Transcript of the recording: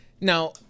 Now